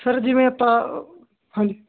sir ਜਿਵੇਂ ਆਪਾਂ ਹਾਂਜੀ